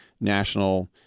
national